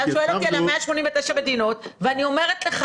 אתה שואל אותי על 189 מדינות, ואני שואלת אותך: